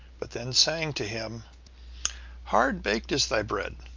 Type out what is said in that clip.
but then sang to him hard-baked is thy bread,